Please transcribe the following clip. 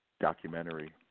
documentary